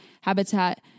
habitat